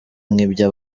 nk’ibyo